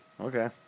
Okay